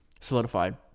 solidified